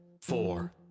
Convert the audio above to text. four